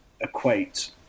equate